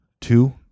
two